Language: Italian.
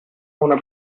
una